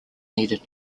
needed